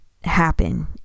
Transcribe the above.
happen